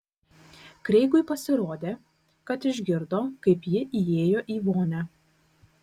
kreigui pasirodė kad išgirdo kaip ji įėjo į vonią